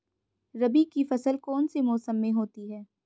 रबी की फसल कौन से मौसम में होती है?